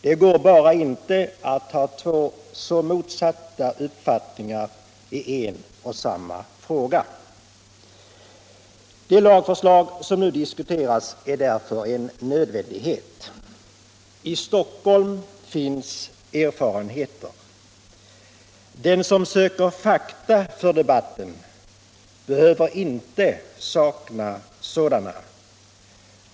Det går bara inte att ha två så motsatta uppfattningar i en och samma fråga. Det lagförslag som nu diskuteras är därför en nödvändighet. I Stockholm finns stor erfarenhet av fastighetsspekulation. Den som söker fakta för debatten behöver inte sakna sådana.